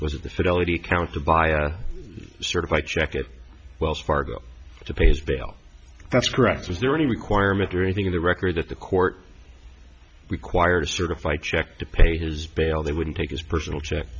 fidelity count to buy a certified check it wells fargo to pay his bail that's correct was there any requirement or anything in the record that the court required a certified check to pay his bail they wouldn't take his personal check